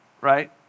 right